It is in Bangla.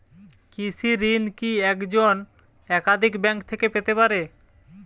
কৃষিঋণ কি একজন একাধিক ব্যাঙ্ক থেকে পেতে পারে?